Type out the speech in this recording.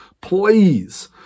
please